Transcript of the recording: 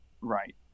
right